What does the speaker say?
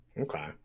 Okay